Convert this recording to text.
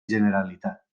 generalitat